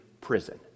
prison